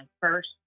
first